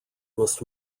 must